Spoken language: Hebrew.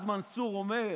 אז מנסור אומר,